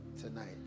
tonight